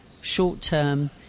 short-term